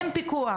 אין פיקוח,